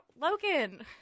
logan